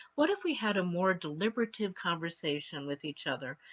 what if we had a more deliberative conversation with each other?